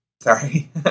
Sorry